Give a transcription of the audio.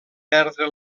perdre